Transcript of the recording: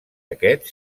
aquest